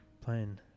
Playing